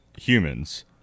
humans